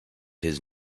his